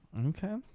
Okay